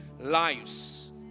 lives